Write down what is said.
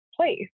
place